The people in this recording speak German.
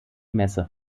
messe